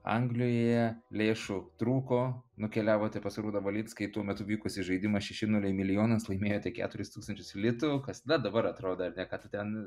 anglioie lėšų trūko nukeliavote pas arūną valinską į tuo metu vykusį žaidimą šeši nuliai milijonas laimėjote keturis tūkstančius litų kas na dabar atrodo ar ne ką tu ten